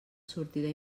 sortida